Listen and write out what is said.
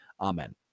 Amen